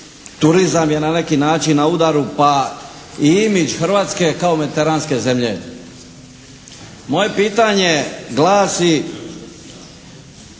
turizam je na neki način na udaru pa i imidž Hrvatske kao mediteranske zemlje. Moje pitanje glasi